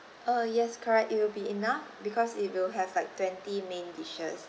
uh yes correct it will be enough because it will have like twenty main dishes